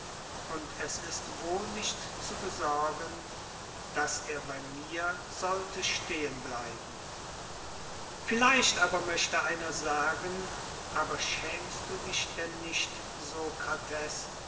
und es ist wohl nicht zu besorgen daß er bei mir sollte stehenbleiben vielleicht aber möchte einer sagen aber schämst du dich denn nicht